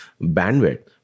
bandwidth